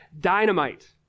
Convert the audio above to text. dynamite